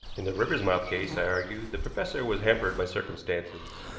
in the riversmouth case, i argued, the professor was hampered by circumstances.